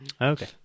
Okay